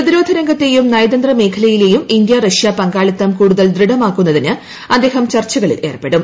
പ്രതിരോധ രംഗത്തെയും നയതന്ത്ര മേഖലയിലെയും ഇന്ത്യ റഷ്യ പങ്കാളിത്തം കൂടുതൽ ദൃഢമാക്കുന്നതിന് അദ്ദേഹം ചർച്ചകളിലേർപ്പെടും